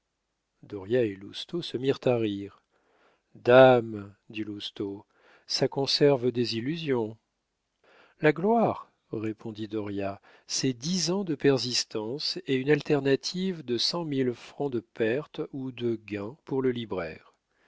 et lousteau se mirent à rire dame dit lousteau ça conserve des illusions la gloire répondit dauriat c'est dix ans de persistance et une alternative de cent mille francs de perte ou de gain pour le libraire